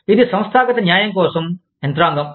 ఇది సంస్థాగత న్యాయం కోసం యంత్రాంగం